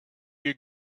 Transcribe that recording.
you